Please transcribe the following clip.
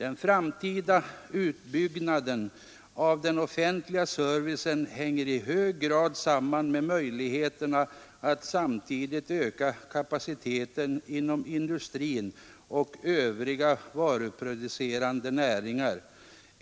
”Den framtida utbyggnaden av den offentliga servicen hänger i hög grad samman med möjligheterna att samtidigt öka kapaciteten inom industrin och övriga varuproducerande näringar.